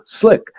slick